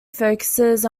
focuses